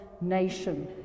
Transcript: nation